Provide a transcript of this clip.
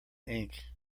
ink